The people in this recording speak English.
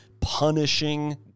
punishing